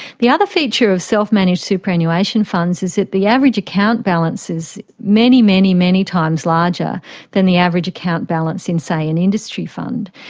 the other feature of self-managed superannuation funds is that the average account balance is many, many, many times larger than the average account balance in, say, an industry fund.